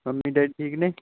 mummy daddy ਠੀਕ ਨੇ